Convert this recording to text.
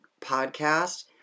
podcast